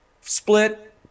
split